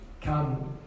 come